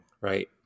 right